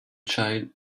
child